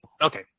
okay